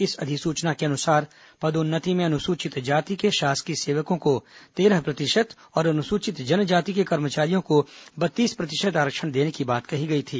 इस अधिसूचना के अनुसार पदोन्नति में अनुसूचित जाति के शासकीय सेवकों को तेरह प्रतिशत और अनुसूचित जनजाति के कर्मचारियों को बत्तीस प्रतिशत आरक्षण देने की बात कही गई थी